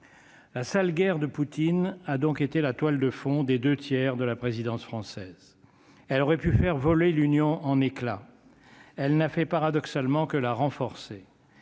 la sale guerre de Poutine a donc été la toile de fond des 2 tiers de la présidence française, elle aurait pu faire voler l'Union en éclats, elle n'a fait paradoxalement que la renforcer,